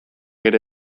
ere